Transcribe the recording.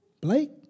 Blake